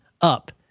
up